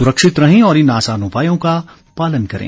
सुरक्षित रहें और इन आसान उपायों का पालन करें